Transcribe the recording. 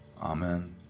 Amen